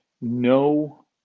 no